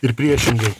ir priešingai